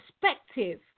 perspective